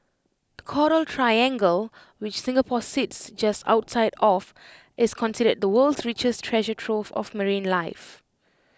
the Coral triangle which Singapore sits just outside of is considered the world's richest treasure trove of marine life